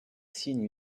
signe